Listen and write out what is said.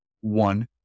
one